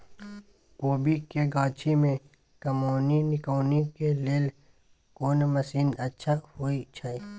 कोबी के गाछी में कमोनी निकौनी के लेल कोन मसीन अच्छा होय छै?